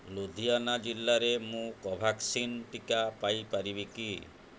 ଲୁଧିଆନା ଜିଲ୍ଲାରେ ମୁଁ କୋଭ୍ୟାକ୍ସିନ୍ ଟିକା ପାଇ ପାରିବି କି